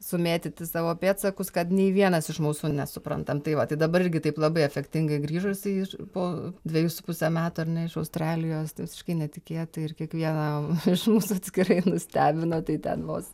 sumėtyti savo pėdsakus kad nei vienas iš mūsų nesuprantam tai va tai dabar irgi taip labai efektingai grįžusį iš po dvejų su puse metų ar ne iš australijos tai visiškai netikėtai ir kiekvienam iš mūsų atskirai nustebino tai ten vos